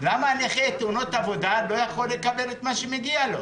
למה נכה תאונות עבודה לא יכול לקבל את מה שמגיע לו?